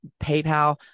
PayPal